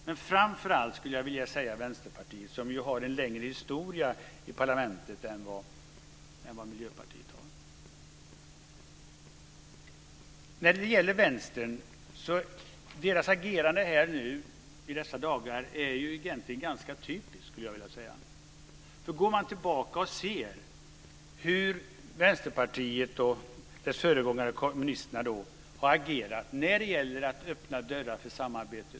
Jag skulle vilja säga att det framför allt gäller Vänsterpartiet, som ju har en längre historia i parlamentet än vad Miljöpartiet har. Vänsterns agerande i dessa dagar är egentligen ganska typiskt. Man kan gå tillbaka och se hur Vänsterpartiet och dess föregångare kommunisterna har agerat när det gäller att öppna dörrar för samarbete.